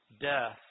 Death